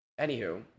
anywho